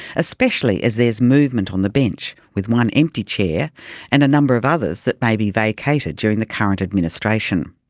especially as there is movement on the bench, with one empty chair and a number of others that may be vacated during the current administration.